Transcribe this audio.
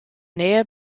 nähe